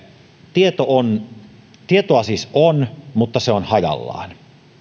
tietoa siis on mutta se on hajallaan